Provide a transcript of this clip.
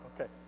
okay